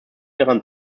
daran